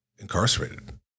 incarcerated